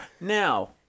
Now